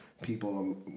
people